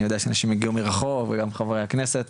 אני יודע שאנשים הגיעו מרחוק וגם חברי הכנסת,